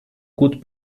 gut